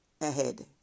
ahead